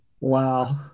wow